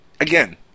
again